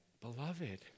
Beloved